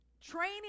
training